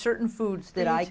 certain foods that i